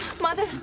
Mother